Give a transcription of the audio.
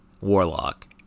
warlock